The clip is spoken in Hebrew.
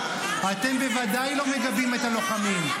אתם בוודאי לא מגבים את הלוחמים.